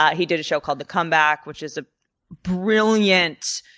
he did a show called the comeback, which is a brilliant.